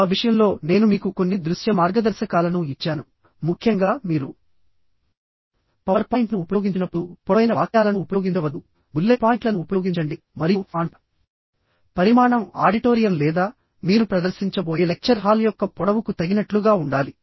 ఆ విషయంలో నేను మీకు కొన్ని దృశ్య మార్గదర్శకాలను ఇచ్చాను ముఖ్యంగా మీరు పవర్ పాయింట్ను ఉపయోగించినప్పుడు పొడవైన వాక్యాలను ఉపయోగించవద్దు బుల్లెట్ పాయింట్లను ఉపయోగించండి మరియు ఫాంట్ పరిమాణం ఆడిటోరియం లేదా మీరు ప్రదర్శించబోయే లెక్చర్ హాల్ యొక్క పొడవుకు తగినట్లుగా ఉండాలి